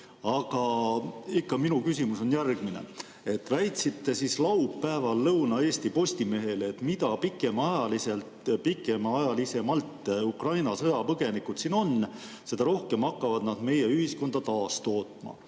aga minu küsimus on järgmine. Väitsite laupäeval Lõuna-Eesti Postimehele, et mida pikemat aega Ukraina sõjapõgenikud siin on, seda rohkem hakkavad nad meie ühiskonda taastootma.